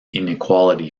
inequality